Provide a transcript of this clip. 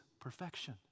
perfection